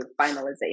finalization